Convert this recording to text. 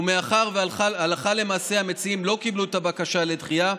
ומאחר שהלכה למעשה המציעים לא קיבלו את הבקשה לדחייה,